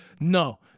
No